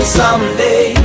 someday